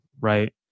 right